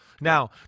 Now